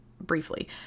briefly